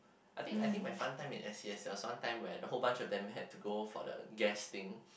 I think I think my fun time in S_C_S there was one time the whole bunch of them had to go for the guest thing